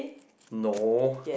no